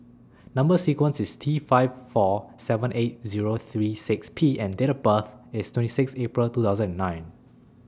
Number sequence IS T five four seven eight Zero three six P and Date of birth IS twenty six April two thousand and nine